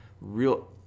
real